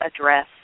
address